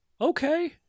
okay